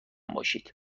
باشید